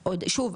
שוב,